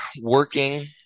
working